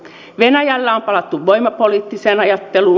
venäjällä on palattu voimapoliittiseen ajatteluun